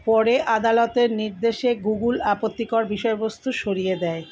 পরে আদালতের নির্দেশে গুগ্ল আপত্তিকর বিষয়বস্তু সরিয়ে দেয়